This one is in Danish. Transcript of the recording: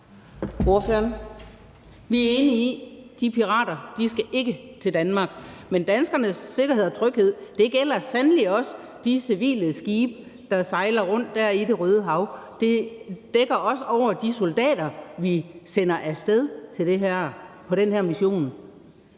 Vi er enige i, at de pirater ikke skal til Danmark. Men danskernes sikkerhed og tryghed gælder sandelig også de civile skibe, der sejler rundt der i Det Røde Hav. Det dækker også over de soldater, vi sender af sted på den her mission